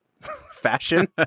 fashion